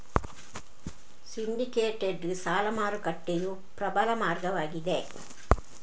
syndicated ಸಾಲ ಮಾರುಕಟ್ಟೆಯು ಪ್ರಬಲ ಮಾರ್ಗವಾಗಿದೆ